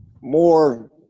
more